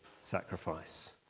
sacrifice